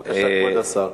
בבקשה, כבוד השר.